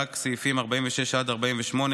רק סעיפים 46 48,